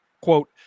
quote